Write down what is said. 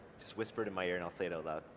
just whisper it in my ear and i'll say it out loud.